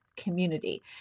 community